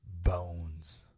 Bones